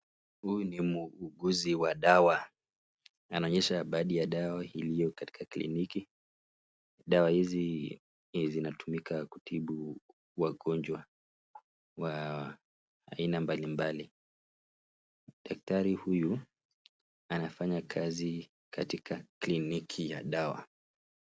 Huyu ni muuguzi wa dawa. Anaonyesha baadhi ya dawa iliyo katika kliniki. Dawa hizi zinatumika kutibu wagonjwa wa aina mbalimbali. Daktari huyu anafanya kazi katika kliniki ya dawa.